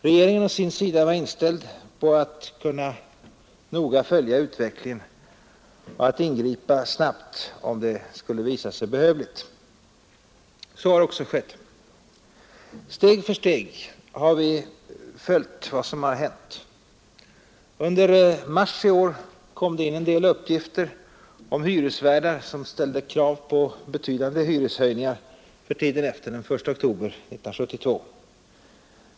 Regeringen å sin sida var inställd på att noga följa utvecklingen och att ingripa snabbt om det skulle visa sig behövligt. Så har också skett. Steg för steg har vi följt vad som har hänt. Under mars i år kom det in en del uppgifter om hyresvärdar som ställde krav på betydande hyreshöjningar för tiden efter 1 oktober 1972.